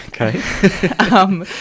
Okay